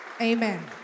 Amen